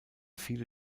viele